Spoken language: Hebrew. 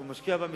הוא משקיע במשרד,